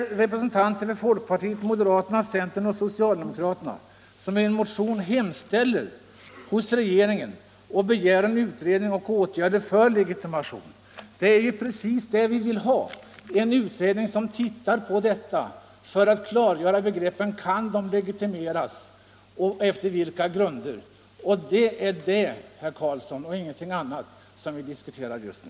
Representanter för moderaterna, folkpartiet, centern och socialdemokraterna hemställer i motionen att riksdagen hos regeringen skall begära en utredning och åtgärd för legitimation. Vad vi vill ha är just en utredning som klargör om Doctors of Chiropractic kan legitimeras och på vilka grunder. Det är det, herr Karlsson, och ingenting annat som vi diskuterar just nu.